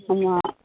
ஆமாம்